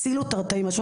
הצילו תרתי משמע,